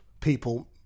people